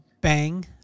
Bang